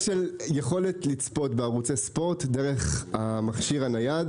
היכולת לצפות בערוצי ספורט דרך המכשיר הנייד